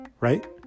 right